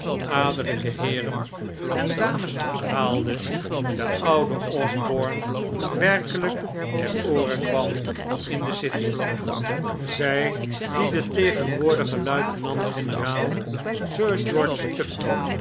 adellijke heeren en dames onthaalde den ouden osborne werkelijk ter oore kwam in de city zij die den tcgenwoordigen luitenant-generaal sir